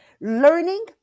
Learning